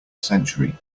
century